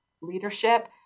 leadership